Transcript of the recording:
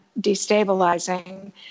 destabilizing